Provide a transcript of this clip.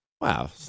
wow